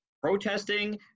protesting